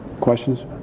Questions